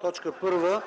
ПАВЕЛ ШОПОВ: